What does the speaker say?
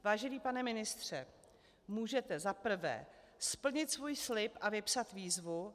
Vážený pane ministře, můžete za prvé splnit svůj slib a vypsat výzvu?